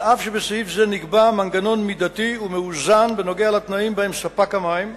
אף שבסעיף זה נקבע מנגנון מידתי ומאוזן בנוגע לתנאים שבהם ספק המים,